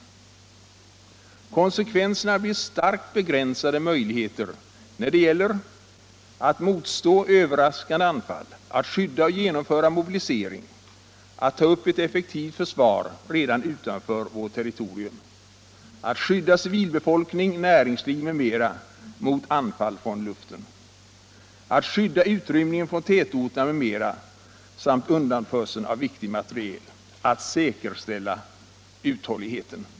Konsekvenserna blir starkt begränsade möjligheter när det gäller - att motstå överraskande anfall - att skydda och genomföra mobilisering — att ta upp ett effektivt försvar redan utanför vårt territorium —- att skydda civilbefolkning, näringsliv m.m. mot anfall från luften —- att skydda utrymningen från tätorterna m.m. samt undanförseln av viktig materiel —- att säkerställa uthålligheten.